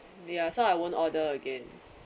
ya so I won't order again